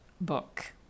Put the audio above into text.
book